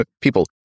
people